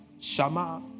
Shama